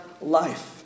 life